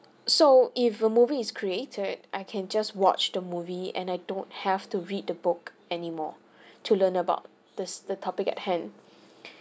so if a movie is created I can just watch the movie and I don't have to read the book anymore to learn about this the topic at hand